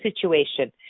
situation